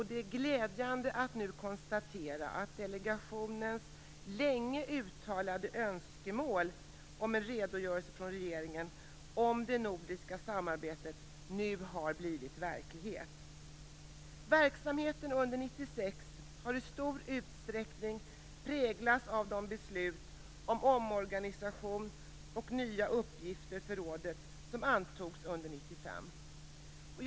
Det är glädjande att konstatera att delegationens länge uttalade önskemål om en redogörelse från regeringen om det nordiska samarbetet nu blivit verklighet. Verksamheten under 1996 har i stor utsträckning präglats av de beslut om omorganisation och nya uppgifter för rådet som antogs under 1995.